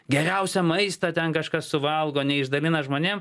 geriausią maistą ten kažkas suvalgo neišdalina žmonėm